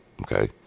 Okay